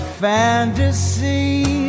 fantasy